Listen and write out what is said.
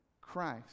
christ